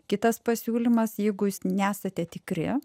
kitas pasiūlymas jeigu jūs nesate tikri